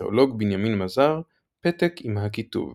והארכאולוג בנימין מזר פתק עם הכיתוב